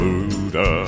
Buddha